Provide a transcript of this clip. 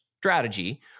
strategy